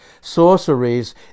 Sorceries